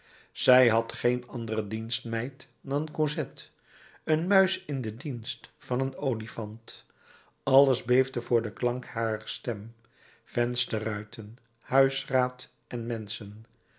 zij had geen andere dienstmeid dan cosette een muis in den dienst van een olifant alles beefde voor den klank harer stem vensterruiten huisraad en menschen